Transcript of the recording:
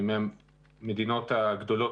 המדינות הגדולות,